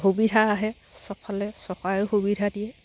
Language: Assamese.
সুবিধা আহে চবফালে চৰকাৰেও সুবিধা দিয়ে